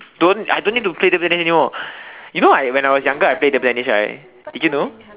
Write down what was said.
don't I don't need to play table tennis anymore you know I when I was younger I play table tennis right did you know